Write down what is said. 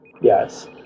Yes